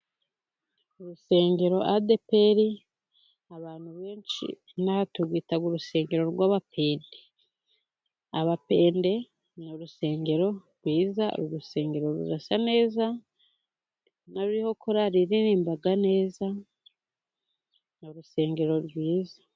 Urusengero adeperi, abantu benshi inaha turwita urusengero rw'abapene. Abapene ni urusengero rwiza, uru rusengero rurasa neza, hariho korari iririmba neza, ni urusengero rwiza.